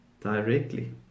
directly